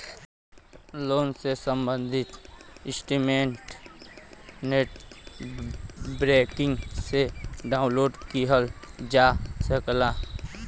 loan से सम्बंधित statement net banking से डाउनलोड किहल जा सकला